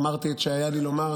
אמרתי את שהיה לי לומר.